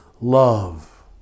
love